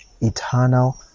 eternal